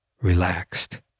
relaxed